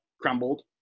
crumbled